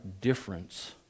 difference